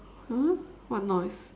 !huh! what noise